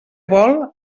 vol